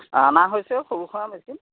আনা হৈছে সৰু সুৰা মেচিন